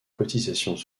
cotisations